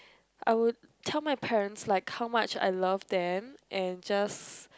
I would tell my parents like how much I love them and just